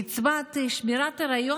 קצבת שמירת היריון